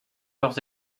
leurs